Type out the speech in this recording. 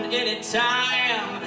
anytime